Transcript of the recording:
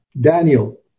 Daniel